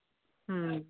হুম